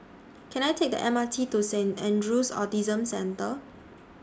Can I Take The M R T to Saint Andrew's Autism Centre